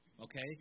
okay